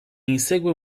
insegue